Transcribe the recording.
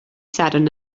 sadwrn